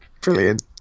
Brilliant